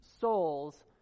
souls